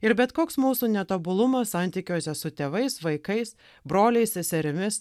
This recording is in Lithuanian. ir bet koks mūsų netobulumo santykiuose su tėvais vaikais broliais seserimis